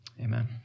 amen